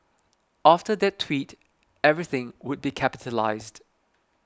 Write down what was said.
after that tweet everything would be capitalised